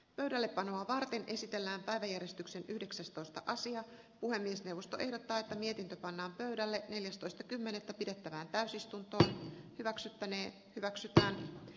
pöydällepanoa varten esitellään päiväjärjestyksen yhdeksästoista kausi ja puhemiesneuvosto ehdottaa että mietintö pannaan pöydälle neljästoista kymmenettä pidettävään täysistunto hyväksyttäneen hyväksytään